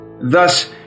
Thus